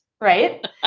Right